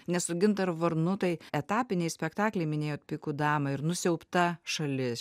nes su gintaru varnu tai etapiniai spektakliai minėjot pikų damą ir nusiaubta šalis